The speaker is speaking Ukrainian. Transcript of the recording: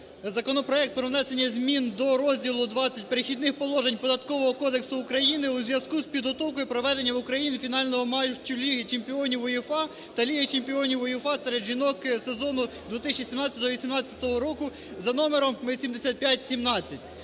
законопроект про внесення змін до розділу XX "Перехідні положення" Податкового кодексу України у зв'язку з підготовкою та проведенням в Україні фінальних матчів Ліги чемпіонів УЄФА та Ліги чемпіонів УЄФА серед жінок сезону 2017/2018 року (за №8517).